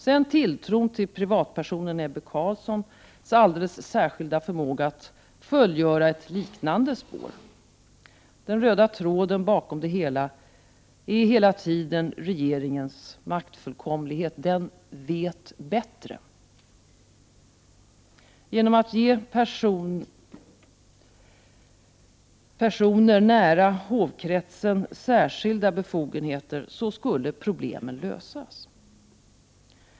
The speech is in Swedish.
Sedan var det tilltron till privatpersonen Ebbe Carlssons alldeles särskilda förmåga att följa ett liknande spår. Den röda tråden bakom allt är hela tiden regeringens maktfullkomlighet; den vet bättre. Genom att ge personer nära hovkretsen särskilda befogenheter skulle problemen lösas.